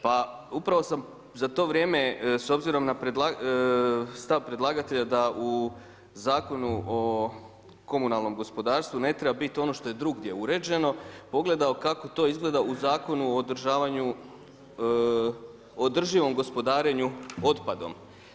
Pa upravo sam za to vrijeme, s obzirom na stav predlagatelja da u Zakonu o komunalnom gospodarstvu ne treba biti ono što je drugdje uređeno, pogledao kako to izgleda u Zakonu o održivom gospodarenju otpadom.